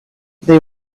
they